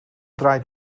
draait